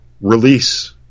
release